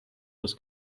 was